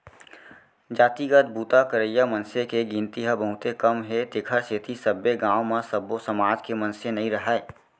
जातिगत बूता करइया मनसे के गिनती ह बहुते कम हे तेखर सेती सब्बे गाँव म सब्बो समाज के मनसे नइ राहय